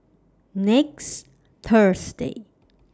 next Thursday